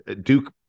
Duke